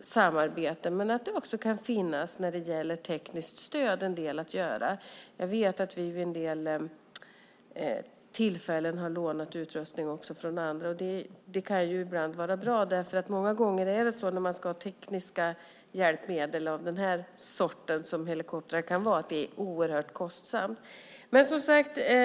samarbete, men det kan även finnas en del att göra beträffande tekniskt stöd. Vid vissa tillfällen har vi lånat utrustning från andra. Det kan vara bra, för det är oerhört kostsamt med tekniska hjälpmedel av den typ som helikoptrar är.